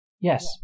Yes